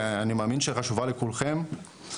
ואני מאמין שחשובה לכולכם,